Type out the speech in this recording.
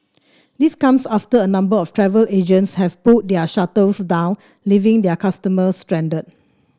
this comes after a number of travel agents have pulled their shutters down leaving their customers stranded